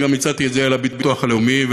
וגם הצעתי את זה לביטוח לאומי,